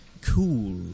cool